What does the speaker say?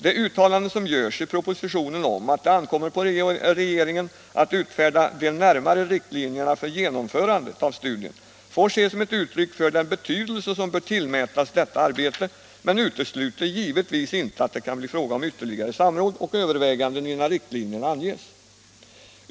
Det uttalande som görs i propositionen om att det ankommer på regeringen att utfärda de närmare riktlinjerna för genomförandet av studien får ses som ett uttryck för den betydelse som bör tillmätas detta arbete, men utesluter givetvis inte att det kan bli fråga om ytterligare samråd och överväganden innan riktlinjerna anges.